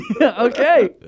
Okay